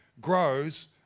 grows